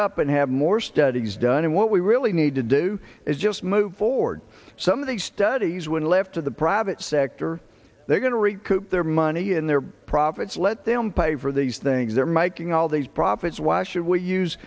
up and have more studies done and what we really need to do is just move forward some of these studies when left to the private sector they're going to rate their money and their profits let them pay for these things they're making all these profits why should we use